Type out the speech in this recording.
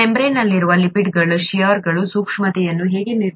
ಮೆಂಬರೇನ್ನಲ್ಲಿರುವ ಲಿಪಿಡ್ಗಳು ಷೇರ್ನ ಸೂಕ್ಷ್ಮತೆಯನ್ನು ಹೇಗೆ ನಿರ್ಧರಿಸುತ್ತವೆ